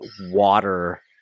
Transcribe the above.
water